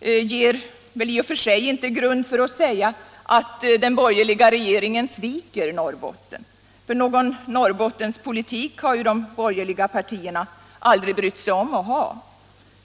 ger väl i och för sig inte någon grund för att säga att den borgerliga regeringen sviker Norrbotten, för någon Norrbottenspolitik har ju de borgerliga partierna aldrig brytt sig om att ha.